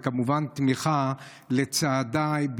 וכמובן תמיכה לצעדיי,